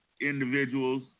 individuals